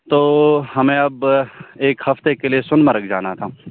تو ہمیں اب ایک ہفتے کے لئے سونمرگ جانا تھا